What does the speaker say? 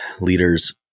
leaders